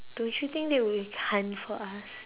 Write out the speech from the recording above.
don't you think they would hunt for us